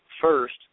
First